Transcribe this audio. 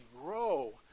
grow